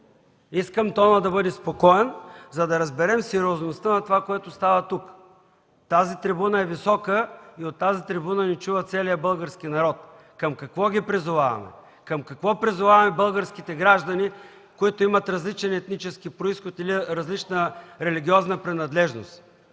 Искам тонът да бъде спокоен, за да разберем сериозността на това, което става тук. Тази трибуна е висока и от тази трибуна ни чува целият български народ. Към какво ги призоваваме? Към какво призоваваме българските граждани, които имате различен етнически произход или различна религиозна принадлежност?